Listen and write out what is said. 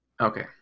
Okay